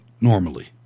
normally